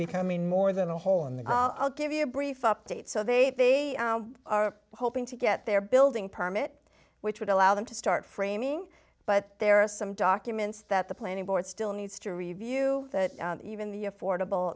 becoming more than a hole in the i'll give you a brief update so they are hoping to get their building permit which would allow them to start framing but there are some documents that the planning board still needs to review that even the affordable